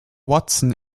watson